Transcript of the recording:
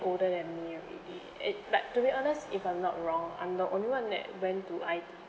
older than me already it but to be honest if I'm not wrong I'm the only one that went to I_T